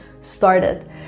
started